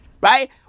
Right